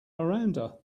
miranda